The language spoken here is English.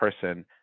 person